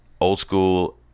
old-school